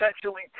essentially